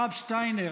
הרב שטיינר,